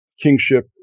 kingship